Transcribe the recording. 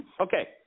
Okay